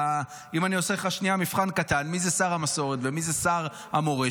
אם אני עושה לך מבחן קטן מי זה שר המסורת ומי זה שר המורשת,